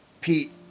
Pete